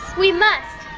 we must.